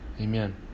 Amen